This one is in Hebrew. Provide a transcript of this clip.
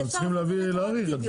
אתם צריכים להאריך את זה.